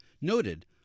noted